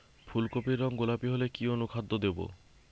ফুল কপির রং গোলাপী হলে কি অনুখাদ্য দেবো?